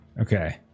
Okay